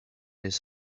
his